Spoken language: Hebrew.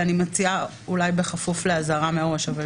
ואני מציעה להוסיף שזה יהיה בכפוף לאזהרה מראש,